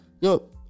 Yo